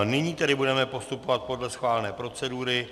Nyní tedy budeme postupovat podle schválené procedury.